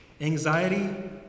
Anxiety